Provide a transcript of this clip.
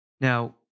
Now